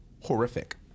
horrific